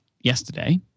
yesterday